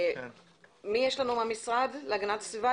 מי יש לנו מהמשרד להגנת הסביבה?